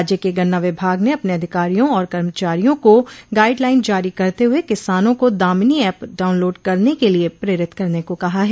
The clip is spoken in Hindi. राज्य के गन्ना विभाग ने अपने अधिकारियों और कर्मचारियों को गाइडलाइन जारी करते हुए किसानों को दामिनी ऐप डाउनलोड करने के लिए प्रेरित करने को कहा है